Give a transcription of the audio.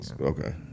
Okay